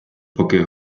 поки